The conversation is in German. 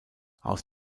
aus